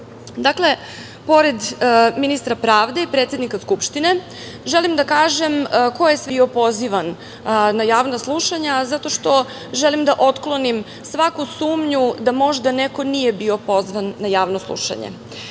sali. Dakle, pored ministra pravde, predsednika Skupštine želim da kažem ko je sve bio pozivan na javna slušanja, zato što želim da otklonim svaku sumnji da možda neko nije bio pozvan na javno slušanje,